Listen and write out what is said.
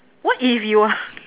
what if you are